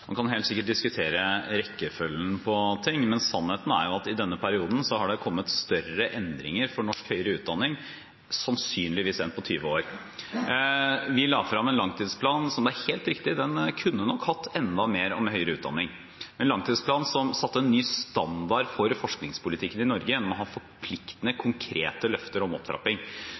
man leverer i denne stortingsperioden? Vi kan helt sikkert diskutere rekkefølgen på ting, men sannheten er at i denne perioden har det kommet større endringer for norsk høyere utdanning enn sannsynligvis på 20 år. Vi la frem en langtidsplan – og det er helt riktig, den kunne nok hatt enda mer om høyere utdanning – som satte en ny standard for forskningspolitikken i Norge gjennom å ha forpliktende konkrete løfter om opptrapping.